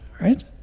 right